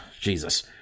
Jesus